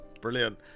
brilliant